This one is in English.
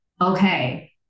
okay